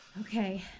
Okay